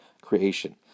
creation